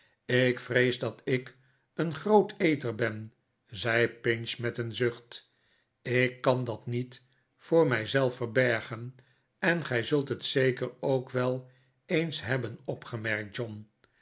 ik vrees dat ik een groot eter ben zei pinch met een zucht t ik kan dat niet voor mij zelf verbergen en gij zult het zeker ook wel eens hebben opgemerkt john